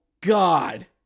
God